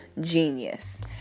genius